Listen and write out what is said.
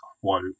quote